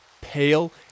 pale